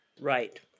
Right